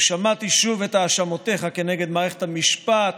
ושמעתי שוב את האשמותיך נגד מערכת המשפט,